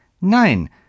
Nein